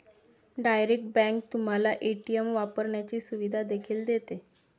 direct bank तुम्हाला ATM वापरण्याची सुविधा देखील देते